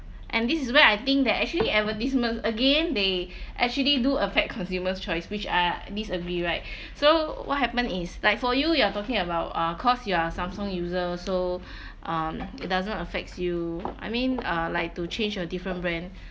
and this is where I think that actually advertisements again they actually do affect consumers' choice which I disagree right so what happened is like for you you are talking about uh cause you are Samsung users so um it doesn't affects you I mean uh like to change to a different brand